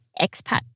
expat